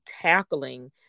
tackling